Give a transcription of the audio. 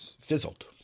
fizzled